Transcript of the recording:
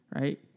right